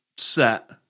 set